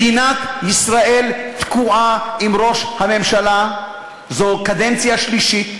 מדינת ישראל תקועה עם ראש הממשלה זו הקדנציה השלישית,